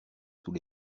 sous